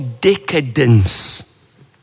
decadence